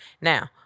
Now